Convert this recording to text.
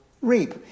reap